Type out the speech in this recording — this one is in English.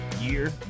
year